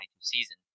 season